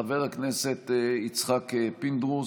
חבר הכנסת יצחק פינדרוס,